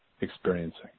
experiencing